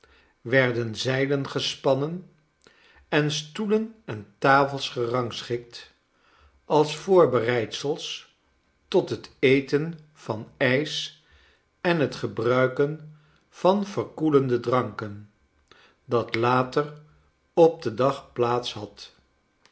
den zeilen gespannen en stoelen en tafels gerangschikt als voorbereidsels tot het etenvan ijs en het gebruiken van verkoelende dranken dat later op den dag plaats had